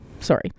sorry